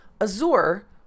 Azure